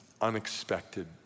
unexpected